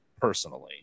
personally